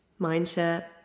mindset